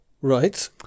Right